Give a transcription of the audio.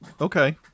Okay